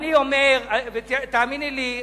תאמיני לי,